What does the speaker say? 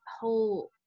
whole